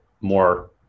more